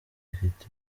rifite